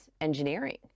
engineering